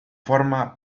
forma